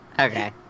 okay